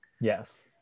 Yes